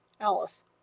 Alice